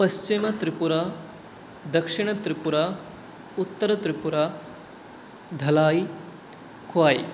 पश्चिमत्रिपुरा दक्षिणत्रिपुरा उत्तरत्रिपुरा धलायि क्वाय्